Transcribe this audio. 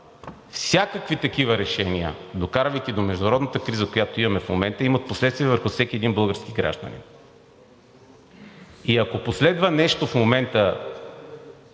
всякакви такива решения, докарвайки до международната криза, която имаме в момента, имат последствия върху всеки един български гражданин. Ако последва нещо в момента